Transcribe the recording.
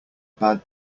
bad